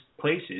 places